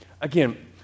Again